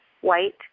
white